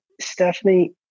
Stephanie